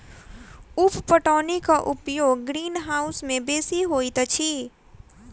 उप पटौनीक उपयोग ग्रीनहाउस मे बेसी होइत अछि